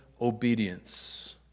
obedience